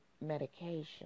medication